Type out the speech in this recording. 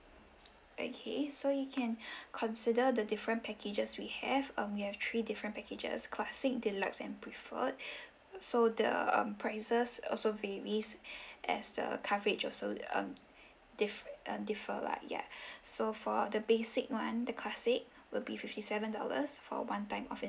okay so you can consider the different packages we have um we have three different packages classic deluxe and preferred so the um prices also varies as the coverage also um diff~ uh differ like ya so for the basic one the classic will be fifty seven dollars for one time off